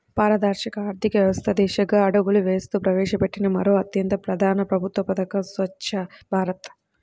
పారదర్శక ఆర్థిక వ్యవస్థ దిశగా అడుగులు వేస్తూ ప్రవేశపెట్టిన మరో అత్యంత ప్రధాన ప్రభుత్వ పథకం స్వఛ్చ భారత్